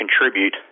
contribute